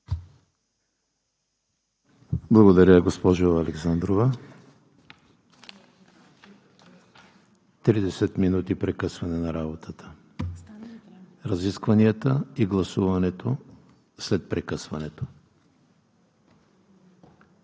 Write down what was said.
Благодаря, госпожо Александрова. Тридесет минути прекъсване на работата. Разискванията и гласуването – след прекъсването.